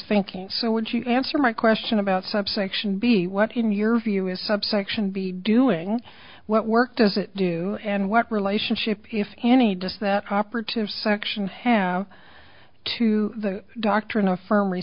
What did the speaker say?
thinking so would you answer my question about subsection b what in your view is subsection be doing what work does it do and what relationship if any does that operative section have to the doctrin